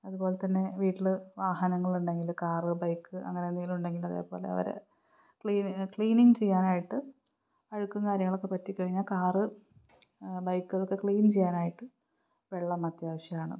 അതുപോലെ തന്നെ വീട്ടില് വാഹനങ്ങളുണ്ടെങ്കില് കാറ് ബൈക്ക് അങ്ങനെ എന്തെങ്കിലുമുണ്ടെങ്കില് അതേപോലെ അവ ക്ലീനിങ് ചെയ്യാനായിട്ട് അഴുക്കും കാര്യങ്ങളുമൊക്കെ പറ്റിക്കഴിഞ്ഞാല് കാറ് ബൈക്കൊക്കെ ക്ലീൻ ചെയ്യാനായിട്ട് വെള്ളം അത്യാവശ്യമാണ്